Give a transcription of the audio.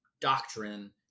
doctrine